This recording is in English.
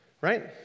right